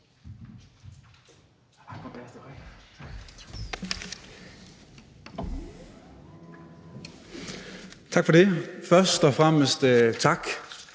Tak for det. Først og fremmest tak